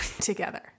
together